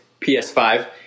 PS5